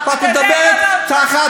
אתה יודע יפה מאוד.